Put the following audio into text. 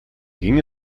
ging